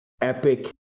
epic